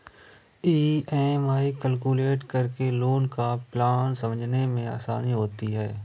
EMI calculate करके loan का plan समझने में आसानी होती है